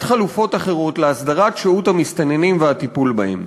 חלופות אחרות להסדרת שהות המסתננים והטיפול בהם.